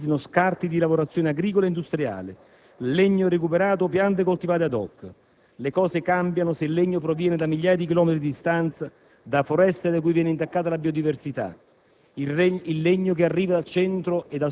ma questo vale soprattutto se si utilizzano scarti di lavorazioni agricole e industriali, legno recuperato o piante coltivate *ad hoc*. Le cose cambiano se il legno proviene da migliaia di chilometri di distanza, da foreste di cui viene intaccata la biodiversità.